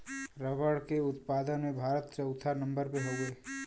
रबड़ के उत्पादन में भारत चउथा नंबर पे हउवे